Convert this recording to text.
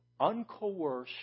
uncoerced